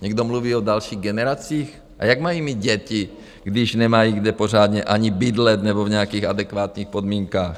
Někdo mluví o dalších generacích, a jak mají mít děti, když nemají, kde pořádně ani bydlet nebo v nějakých adekvátních podmínkách?